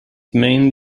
main